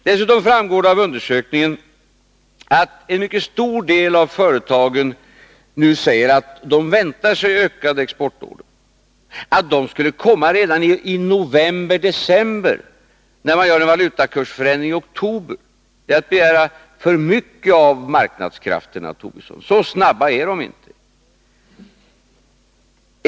Dessutom framgår av undersökningen att en mycket stor del av företagen nu säger att de väntar sig ökade exportorder. Att sådana skulle komma redan inovember-december, när man gör en valutakursförändring i oktober, är att begära för mycket av marknadskrafterna, Lars Tobisson. Så snabba är de inte.